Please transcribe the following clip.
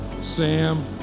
Sam